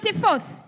24th